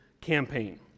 campaign